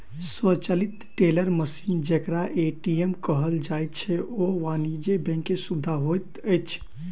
स्वचालित teller machine जेकरा ATM कहल जाइत छै, ओ वाणिज्य बैंक के सुविधा होइत अछि